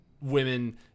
women